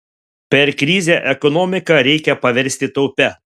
per krizę ekonomiką reikia paversti taupia